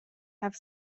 have